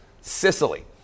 Sicily